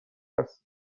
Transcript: است